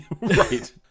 Right